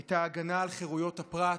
את ההגנה על חירויות הפרט,